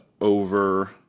over